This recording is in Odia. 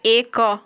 ଏକ